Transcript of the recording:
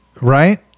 right